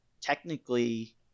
technically